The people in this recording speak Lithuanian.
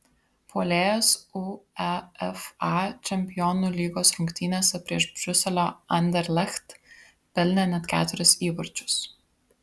puolėjas uefa čempionų lygos rungtynėse prieš briuselio anderlecht pelnė net keturis įvarčius